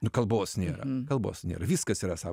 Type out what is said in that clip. ir kalbos nėra kalbos nėra viskas yra sav